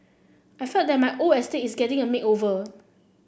I feel that my old estate is getting a makeover